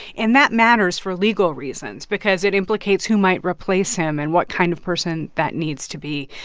and that matters for legal reasons because it implicates who might replace him and what kind of person that needs to be.